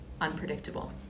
unpredictable